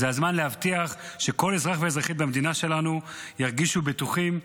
זה הזמן להבטיח שכל אזרח ואזרחית במדינה שלנו ירגישו בטוחים,